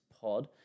pod